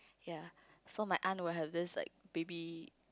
ya so my aunt would have this like baby